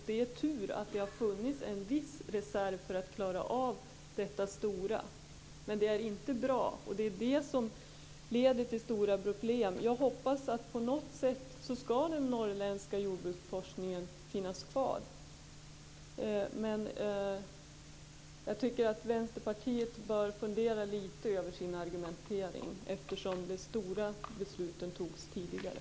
Det är tur att det har funnits en viss reserv för att klara av det stora, men det är inte bra. Detta leder till stora problem. Jag hoppas att den norrländska jordbruksforskningen skall finnas kvar på något sätt. Men jag tycker att Vänsterpartiet bör fundera litet över sin argumentering. De stora besluten fattades ju tidigare.